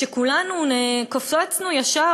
שכולנו קפצנו ישר,